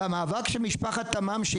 המאבק של משפחת תמם,